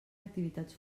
activitats